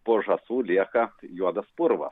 po žąsų lieka juodas purvas